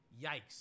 Yikes